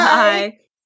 Bye